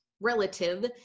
relative